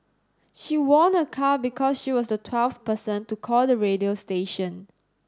she won a car because she was the twelfth person to call the radio station